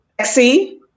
sexy